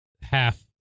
half